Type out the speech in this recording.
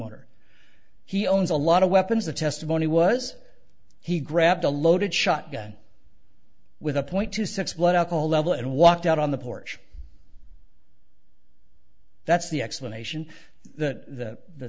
homeowner he owns a lot of weapons the testimony was he grabbed a loaded shotgun with a point two six blood alcohol level and walked out on the porch that's the explanation that the smart the